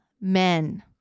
men